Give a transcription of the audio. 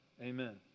Amen